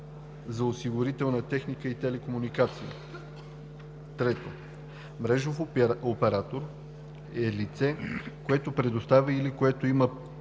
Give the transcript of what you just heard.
за осигурителна техника и телекомуникации). 3. „Мрежов оператор“ е лице, което предоставя или което има